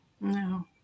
No